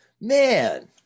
man